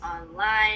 online